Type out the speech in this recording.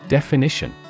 Definition